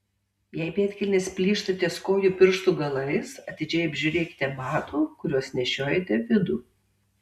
jei pėdkelnės plyšta ties kojų pirštų galais atidžiai apžiūrėkite batų kuriuos nešiojate vidų